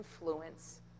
influence